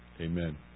amen